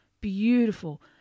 beautiful